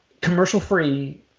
commercial-free